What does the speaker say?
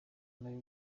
nayo